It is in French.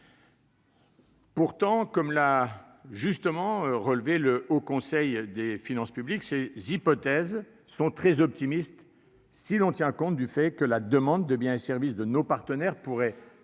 Pourtant, comme l'a très justement relevé le Haut Conseil des finances publiques (HCFP), ces hypothèses sont très optimistes si l'on tient compte du fait que la demande de biens et services de nos partenaires pourrait